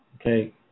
Okay